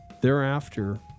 Thereafter